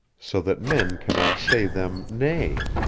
so that men cannot say them nay.